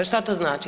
Šta to znači?